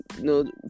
no